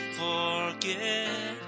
forget